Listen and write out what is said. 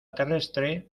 terrestre